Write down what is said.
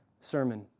sermon